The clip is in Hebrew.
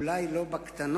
אולי לא בקטנות,